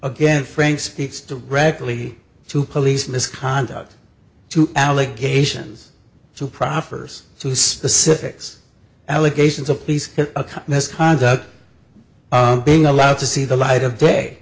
again frank speaks directly to police misconduct to allegations so proffers to specifics allegations of police misconduct being allowed to see the light of day